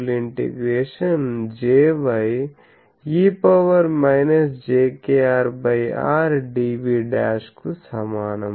Ay μ4π ∭Jy e jkr r dv' కు సమానము